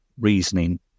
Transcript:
reasoning